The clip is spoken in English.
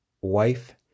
wife